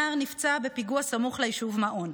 נער נפצע בפיגוע סמוך ליישוב מעון,